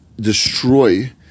destroy